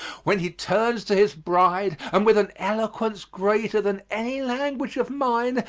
when he turns to his bride and with an eloquence greater than any language of mine,